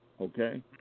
okay